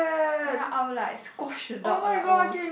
ya I would like squash the dog like oh